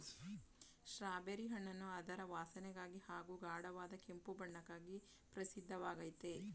strawberry ಹಣ್ಣನ್ನು ಅದರ ವಾಸನೆಗಾಗಿ ಹಾಗೂ ಗಾಢವಾದ ಕೆಂಪು ಬಣ್ಣಕ್ಕಾಗಿ ಪ್ರಸಿದ್ಧವಾಗಯ್ತೆ